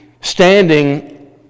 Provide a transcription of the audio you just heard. standing